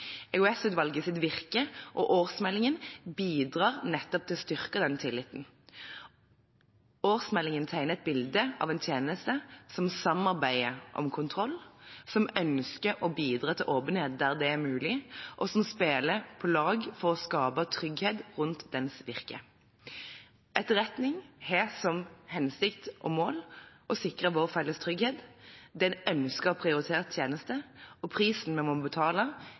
virke og årsmeldingen bidrar nettopp til å styrke den tilliten. Årsmeldingen tegner et bilde av en tjeneste som samarbeider om kontroll, som ønsker å bidra til åpenhet der det er mulig, og som spiller på lag for å skape trygghet rundt dens virke. Etterretning har som hensikt og mål å sikre vår felles trygghet. Det er en ønsket og prioritert tjeneste, og prisen vi må betale,